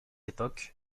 époque